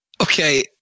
Okay